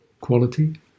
quality